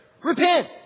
repent